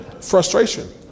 Frustration